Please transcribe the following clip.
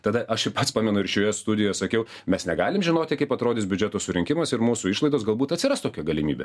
tada aš ir pats pamenu ir šioje studijoj sakiau mes negalim žinoti kaip atrodys biudžeto surinkimas ir mūsų išlaidos galbūt atsiras tokia galimybė